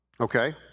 Okay